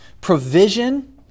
provision